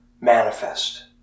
manifest